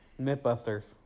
Mythbusters